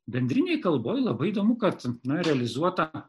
bendrinėj kalboj labai įdomu kad silpnai realizuota